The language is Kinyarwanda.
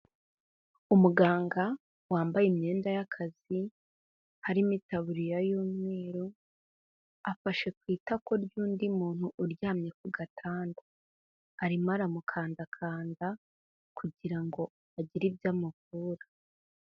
Umuganga wambaye imyenda y'akazi, harimo itabuririya y'umweru, afashe ku itako ry'undi muntu uryamye ku gatanda. Arimo aramukandakanda, kugira ngo agire ibyo amuvura.